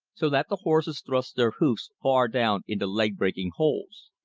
so that the horses thrust their hoofs far down into leg-breaking holes.